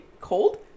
cold